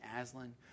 Aslan